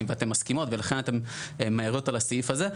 ואתן מסכימות ולכן אתן מעירות על הסעיף הזה.